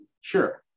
Sure